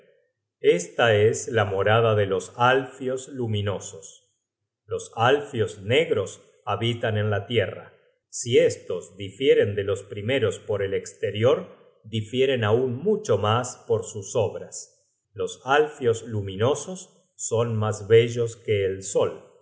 esta es la morada de los alfios luminosos los alfios negros habitan en la tierra si estos difieren de los primeros por el esterior difieren aun mucho mas por sus obras los alfios luminosos son mas bellos que el sol